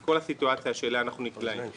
כל הסיטואציה שאליה אנחנו נקלעים.